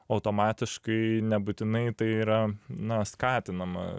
automatiškai nebūtinai tai yra na skatinama